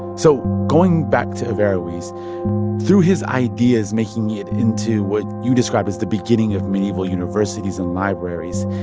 so going back to averroes, through his ideas making it into what you describe as the beginning of medieval universities and libraries,